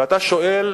ואתה שואל,